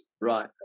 right